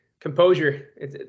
Composure